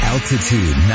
Altitude